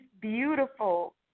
beautiful